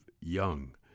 Young